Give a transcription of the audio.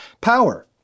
power